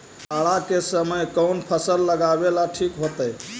जाड़ा के समय कौन फसल लगावेला ठिक होतइ?